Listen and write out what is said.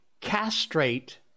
castrate